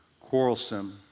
quarrelsome